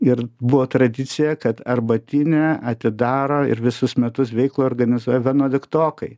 ir buvo tradicija kad arbatinę atidaro ir visus metus veiklą organizuoja vienuoliktokai